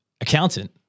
accountant